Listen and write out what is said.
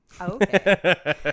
Okay